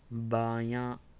بایاں